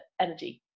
energy